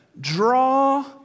Draw